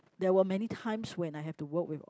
there were many times when I have to work with